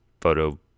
photo